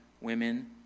women